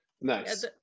Nice